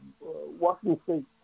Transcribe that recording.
Washington